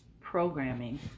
programming